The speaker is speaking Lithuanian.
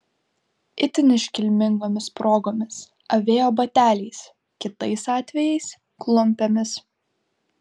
itin iškilmingomis progomis avėjo bateliais kitais atvejais klumpėmis